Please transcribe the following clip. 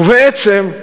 ובעצם,